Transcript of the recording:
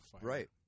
Right